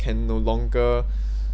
can no longer